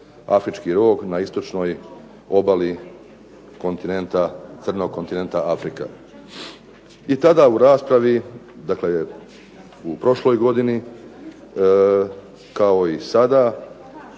afrički rog na istočnoj obali kontinenta, crnog kontinenta Afrika. I tada u raspravi, dakle u prošloj godini kao i sada,